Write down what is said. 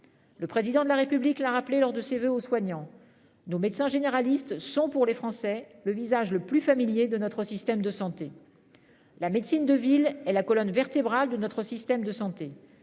Le président de la République l'a rappelé lors de ses voeux aux soignants. Nos médecins généralistes sont pour les Français le visage le plus familier de notre système de santé. La médecine de ville et la colonne vertébrale de notre système de santé,